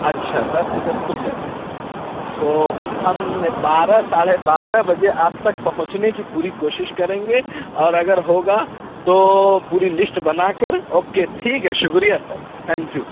اچھا دس سے دس کھل جاتی ہے تو ہم بارہ ساڑھے بارہ بجے آپ تک پہنچنے کی پوری کوشش کریں گے اور اگر ہوگا تو پوری لسٹ بنا کر اوکے ٹھیک ہے شُکریہ سر تھینک یو